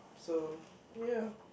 so ya